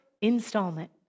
installment